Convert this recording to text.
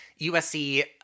USC